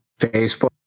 facebook